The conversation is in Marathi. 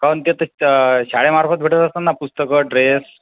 काहून ते तर शाळेमार्फत भेटत असेल ना पुस्तक ड्रेस